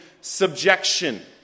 subjection